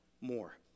more